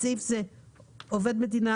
בסעיף זה "עובד מדינה",